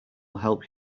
help